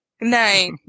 night